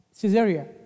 Caesarea